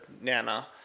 Nana